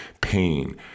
pain